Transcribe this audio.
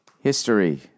history